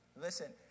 Listen